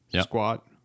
Squat